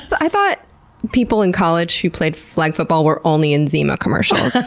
i thought people in college who played flag football were only in zima commercials.